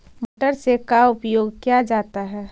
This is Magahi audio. मोटर से का उपयोग क्या जाता है?